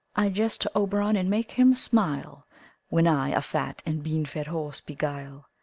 i jest to oberon, and make him smile when i a fat and bean-fed horse beguile,